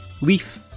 Leaf